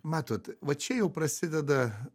matot va čia jau prasideda